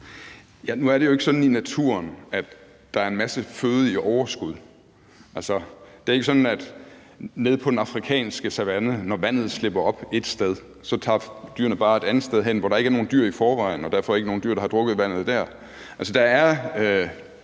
Nu er det jo ikke sådan i naturen, at der er en masse føde i overskud. Det er ikke sådan på den afrikanske savanne, at når vandet slipper op et sted, tager dyrene bare et andet sted hen, hvor der ikke er nogen dyr i forvejen og der derfor ikke er nogen dyr, der har drukket vandet der. Der er